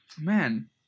man